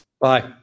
Bye